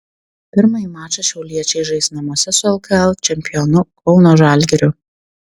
pirmąjį mačą šiauliečiai žais namuose su lkl čempionu kauno žalgiriu